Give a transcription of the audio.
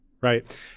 Right